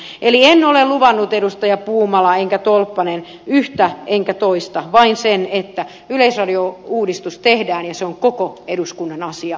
eli en ole luvannut edustajat puumala ja tolppanen yhtä enkä toista vain sen että yleisradio uudistus tehdään ja se on koko eduskunnan asia